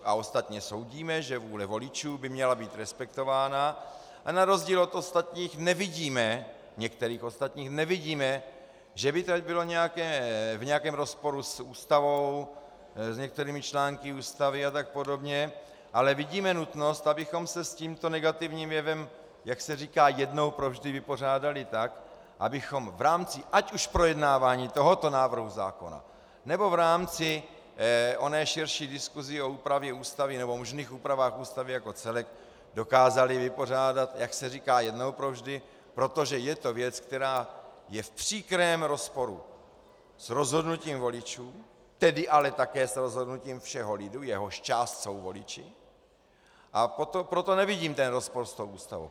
A ostatně soudíme, že vůle voličů by měla být respektována, a na rozdíl od některých ostatních nevidíme, že by to bylo v nějakém rozporu s Ústavou, s některými články Ústavy, a tak podobně, ale vidíme nutnost, abychom se s tímto negativním jevem, jak se říká, jednou provždy vypořádali tak, abychom v rámci ať už projednávání tohoto návrhu zákona, nebo v rámci oné širší diskuse o úpravě Ústavy nebo možných úpravách Ústavy jako celku dokázali vypořádat, jak se říká, jednou provždy, protože je to věc, která je v příkrém rozporu s rozhodnutím voličů, tedy ale také s rozhodnutím všeho lidu, jehož část jsou voliči, a proto nevidím ten rozpor s Ústavou.